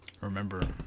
remember